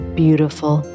beautiful